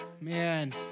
man